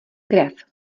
krev